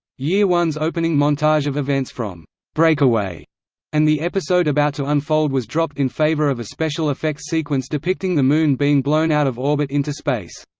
year one's opening montage of events from breakaway and the episode about to unfold was dropped in favour of a special-effects sequence depicting the moon being blown out of orbit into space.